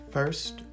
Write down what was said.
First